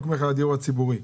מכירה לדיור הציבורי.